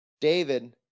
David